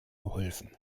geholfen